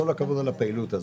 כול הכבוד על הפעילות הזאת,